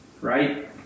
right